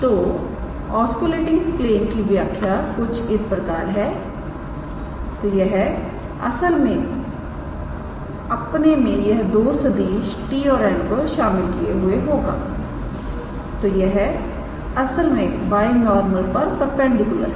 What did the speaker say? तो osculating plane की व्याख्या कुछ इस प्रकार है तो यह असल में अपने में यह दो सदिश 𝑡̂ और 𝑛̂ को शामिल किए हुए होगा और यह असल में बाय नॉर्मल पर परपेंडिकुलर हैं